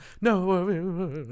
No